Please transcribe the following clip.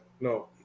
No